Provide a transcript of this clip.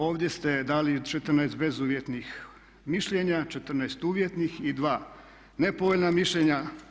Ovdje ste dali 14 bezuvjetnih mišljenja, 14 uvjetnih i 2 nepovoljna mišljenja.